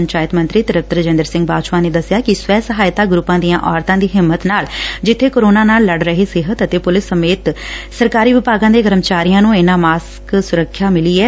ਪੰਚਾਇਤ ਮੰਤਰੀ ਤ੍ਰਿਪਤ ਰਜਿੰਦਰ ਸਿੰਘ ਬਾਜਵਾ ਨੇ ਦਸਿਆ ਕਿ ਸਵੈ ਸਹਾਇਤਾ ਗਰੁੱਪਾਂ ਦੀਆਂ ਔਰਤਾਂ ਦੀ ਹਿੰਮਤ ਨਾਲ ਜਿੱਬੇ ਕਰੋਨਾ ਨਾਲ ਲਤ ਰਹੇ ਸਿਹਤ ਅਤੇ ਪੁਲੀਸ ਸਮੇਤ ਸਰਕਾਰੀ ਵਿਭਾਗਾਂ ਦੇ ਕਰਮਚਾਰੀਆਂ ਨੂੰ ਇਹਨਾਂ ਮਾਸਕਾਂ ਸੁਰੱਖਿਆ ਮਿਲੀ ਐ